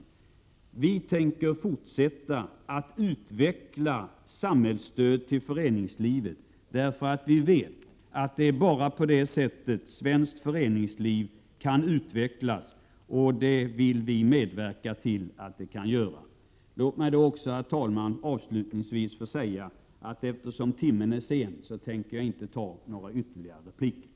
Vi socialdemokrater tänker fortsätta att utveckla samhällsstöd till föreningslivet, därför att vi vet att det är bara på det sättet som svenskt föreningsliv kan utvecklas, vilket vi vill medverka till att det kan göra. Låt mig också, herr talman, avslutningsvis säga att jag på grund av att timmen är sen inte tänker göra några ytterligare inlägg.